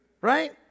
right